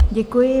Děkuji.